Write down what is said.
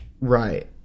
Right